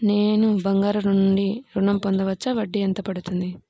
నేను బంగారం నుండి ఋణం పొందవచ్చా? వడ్డీ ఎంత పడుతుంది?